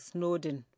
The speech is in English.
Snowden